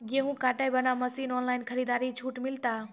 गेहूँ काटे बना मसीन ऑनलाइन खरीदारी मे छूट मिलता?